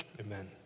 Amen